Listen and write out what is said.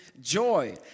joy